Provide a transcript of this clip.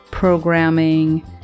programming